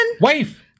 Wife